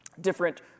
Different